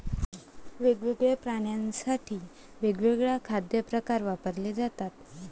वेगवेगळ्या प्राण्यांसाठी वेगवेगळे खाद्य प्रकार वापरले जातात